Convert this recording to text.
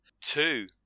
Two